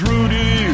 Rudy